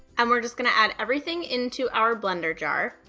and we're just gonna add everything into our blender jar.